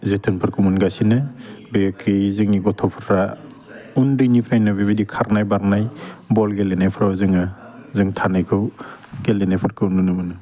जोथोनफोरखौ मोनगासिनो बे खि जोंनि गथ'फ्रा उन्दैनिफ्रायनो बेबायदि खारनाय बारनाय बल गेलेनाफ्राव जोङो जों थानायखौ गेलेनायफोरखौ नुनो मोनो